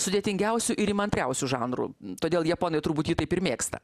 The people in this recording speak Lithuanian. sudėtingiausių ir įmantriausių žanrų todėl japonai turbūt jį taip ir mėgsta